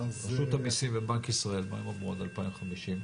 רשות המיסים ובנק ישראל, מה הם אומרים עד 2050?